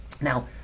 Now